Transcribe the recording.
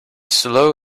slow